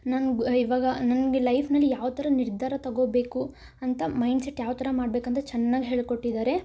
ನಂಗೆ ಇವಾಗ ನನಗೆ ಲೈಫ್ನಲ್ಲಿ ಯಾವ ಥರ ನಿರ್ಧಾರ ತಗೋಬೇಕು ಅಂತ ಮೈಂಡ್ಸೆಟ್ ಯಾವ ಥರ ಮಾಡ್ಬೇಕು ಅಂತ ಚೆನ್ನಾಗಿ ಹೇಳಿಕೊಟ್ಟಿದ್ದಾರೆ